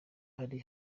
hari